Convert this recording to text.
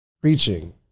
preaching